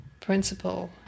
principle